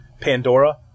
Pandora